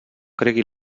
cregui